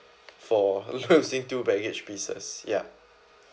for losing two baggage pieces ya